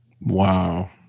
Wow